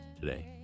today